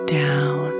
down